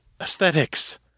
aesthetics